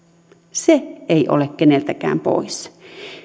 se ei ole keneltäkään pois